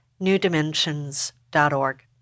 newdimensions.org